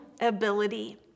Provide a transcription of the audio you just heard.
ability